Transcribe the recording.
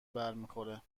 برمیخوره